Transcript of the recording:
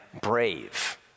brave